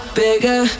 bigger